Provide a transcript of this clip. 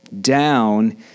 down